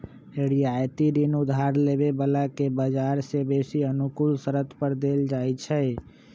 रियायती ऋण उधार लेबे बला के बजार से बेशी अनुकूल शरत पर देल जाइ छइ